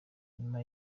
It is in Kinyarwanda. nyuma